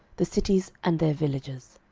the cities and their villages.